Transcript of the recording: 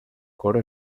coro